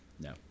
No